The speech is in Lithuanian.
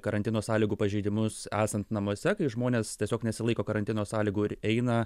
karantino sąlygų pažeidimus esant namuose kai žmonės tiesiog nesilaiko karantino sąlygų ir eina